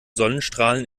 sonnenstrahlen